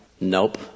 Nope